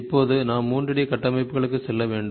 இப்போது நாம் 3 டி கட்டமைப்புகளுக்கு செல்ல வேண்டும்